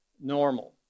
normal